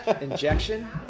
Injection